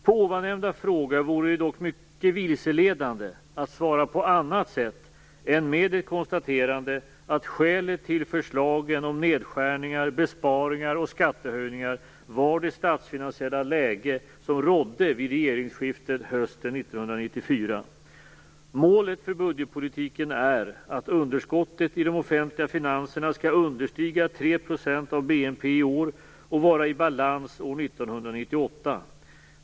På ovannämnda fråga vore det dock mycket vilseledande att svara på annat sätt än med ett konstaterande att skälet till förslagen om nedskärningar, besparingar och skattehöjningar var det statsfinansiella läge som rådde vid regeringsskiftet hösten 1994. Målet för budgetpolitiken är att underskottet i de offentliga finanserna skall understiga 3 % av BNP i år och vara i balans år 1998.